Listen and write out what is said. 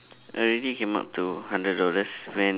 already came up to hundred dollars when